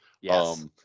yes